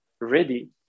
ready